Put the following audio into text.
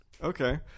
Okay